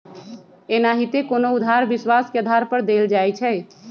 एनाहिते कोनो उधार विश्वास के आधार पर देल जाइ छइ